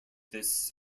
this